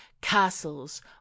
castles